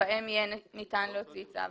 בהם יהיה ניתן להוציא צו.